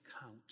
count